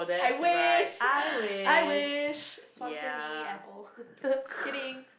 I wish I wish sponsor me Apple kidding